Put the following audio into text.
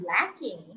lacking